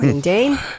dane